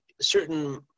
certain